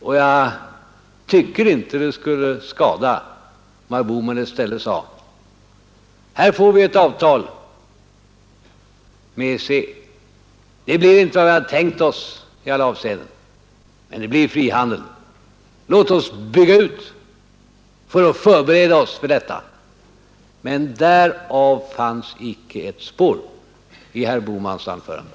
Jag tycker inte det skulle skada om herr Bohman i stället sade: Här får vi ett avtal med EEC. Det blev inte vad vi hade tänkt oss i alla avseenden, men det blir frihandel. Låt oss bygga ut för att förbereda oss för detta. Men därav fanns icke ett spår i herr Bohmans anförande.